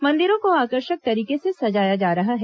मंदिरों को आकर्षक तरीके से सजाया जा रहा है